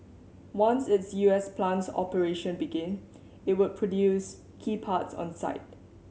once its U S plant's operation began it would produce key parts on site